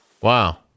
Wow